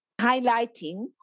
highlighting